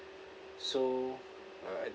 so uh I